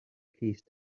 case